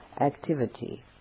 activity